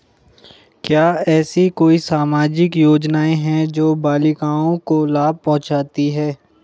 क्या ऐसी कोई सामाजिक योजनाएँ हैं जो बालिकाओं को लाभ पहुँचाती हैं?